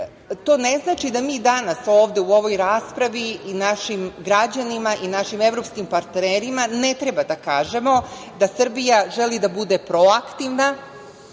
To ne znači da mi danas ovde u ovoj raspravi i našim građanima i našim evropskim partnerima ne treba da kažemo da Srbija želi da bude proaktivna